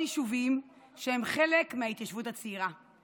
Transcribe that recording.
יישובים שהם חלק מההתיישבות הצעירה,